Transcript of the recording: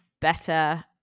better